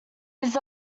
his